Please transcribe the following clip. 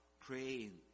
praying